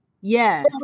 Yes